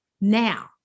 now